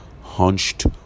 hunched